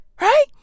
Right